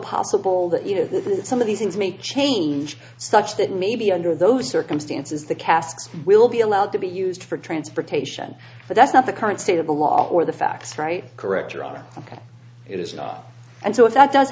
possible that you know that some of these things may change such that maybe under those circumstances the casts will be allowed to be used for transportation but that's not the current state of the law or the facts right correct your honor it is not and so if that does